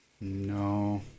No